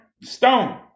stone